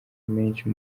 menshi